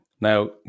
Now